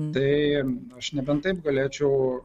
tai aš nebent taip galėčiau